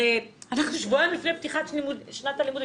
הרי אנחנו שבועיים לפני פתיחת שנת הלימודים.